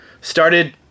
started